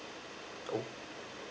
oh